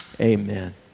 amen